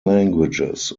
languages